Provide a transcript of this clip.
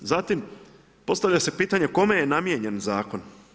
Zatim postavlja se pitanje, kome je namijenjen zakon?